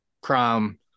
crime